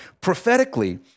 Prophetically